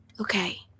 okay